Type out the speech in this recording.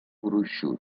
gruixut